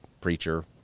preacher